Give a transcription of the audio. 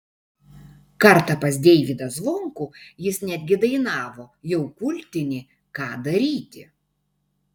kartą pas deivydą zvonkų jis netgi dainavo jau kultinį ką daryti